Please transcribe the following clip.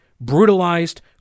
brutalized